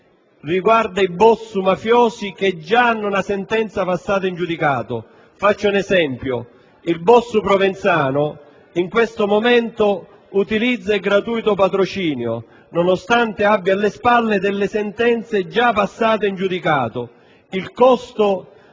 riguardo ai boss mafiosi che già hanno una sentenza passata in giudicato. Faccio un esempio: il boss Provenzano in questo momento utilizza il gratuito patrocinio nonostante abbia alle spalle delle sentenze già passate in giudicato. Il costo